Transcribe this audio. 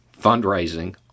fundraising